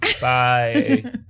Bye